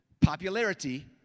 popularity